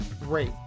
Great